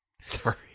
Sorry